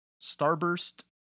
Starburst